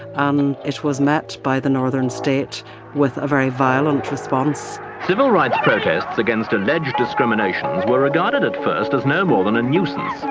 um it was met by the northern state with a very violent response civil rights protests against alleged discriminations were regarded at first as no more than a nuisance,